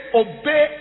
obey